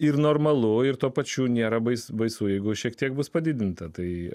ir normalu ir tuo pačiu nėra baisu baisu jeigu šiek tiek bus padidinta tai